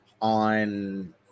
on